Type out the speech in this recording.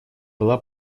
была